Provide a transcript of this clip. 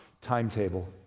timetable